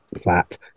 flat